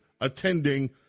attending